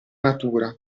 natura